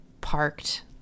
parked